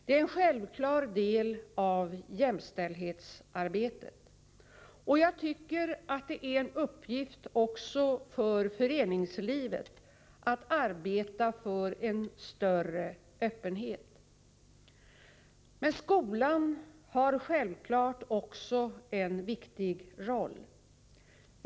Den är en självklar del av jämställdhetsarbetet. Jag tycker att det är en uppgift även för föreningslivet att arbeta för en större öppenhet. Men skolan har självklart också en viktig roll.